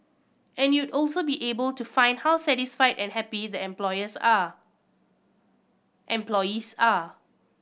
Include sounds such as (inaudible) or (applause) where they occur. and you'd also be able to find how satisfied and happy the (unintelligible) are employees are